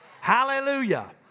Hallelujah